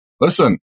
listen